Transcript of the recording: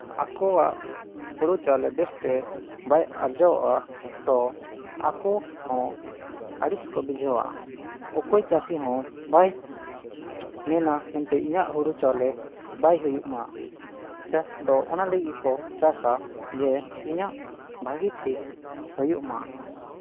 ᱟᱠᱚᱣᱟᱜ ᱦᱳᱲᱳ ᱪᱟᱣᱞᱮ ᱵᱮᱥᱛᱮ ᱵᱟᱭ ᱟᱨᱡᱟᱣ ᱮᱜᱼᱟ ᱛᱚ ᱟᱠᱚ ᱦᱚᱸ ᱟᱹᱲᱤᱥ ᱠᱚ ᱵᱩᱡᱷᱟᱹᱣᱟ ᱚᱠᱚᱭ ᱪᱟᱹᱥᱤ ᱦᱚᱸ ᱵᱟᱭ ᱢᱮᱱᱟ ᱡᱮ ᱤᱧᱟᱹᱜ ᱦᱳᱲᱳ ᱪᱟᱣᱞᱮ ᱵᱟᱭ ᱦᱩᱭᱩᱜ ᱢᱟ ᱪᱟᱥ ᱫᱚ ᱚᱱᱟ ᱞᱟᱹᱜᱤᱫ ᱜᱮᱠᱚ ᱪᱟᱥᱟ ᱡᱮ ᱤᱧᱟᱹᱜ ᱵᱷᱟᱹᱜᱤ ᱴᱷᱤᱠ ᱦᱩᱭᱩᱜ ᱢᱟ